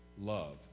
love